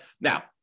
Now